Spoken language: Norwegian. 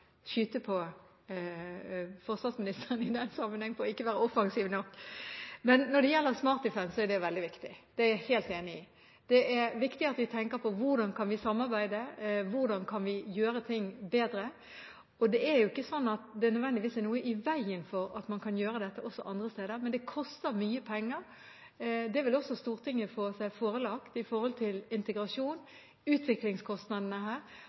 på forsvarsministeren for ikke å være offensiv nok. Men når det gjelder «Smart Defence», er jeg helt enig i at det er veldig viktig. Det er viktig at vi tenker på hvordan vi kan samarbeide, hvordan vi kan gjøre ting bedre, og det er jo ikke nødvendigvis noe i veien for at man kan gjøre dette også andre steder, men det koster mye penger. Dette vil også Stortinget få seg forelagt, i forhold til integrasjon, utviklingskostnadene her,